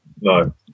no